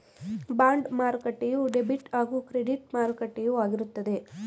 bond ಮಾರುಕಟ್ಟೆಯು debit ಹಾಗೂ credit ಮಾರುಕಟ್ಟೆಯು ಆಗಿರುತ್ತದೆ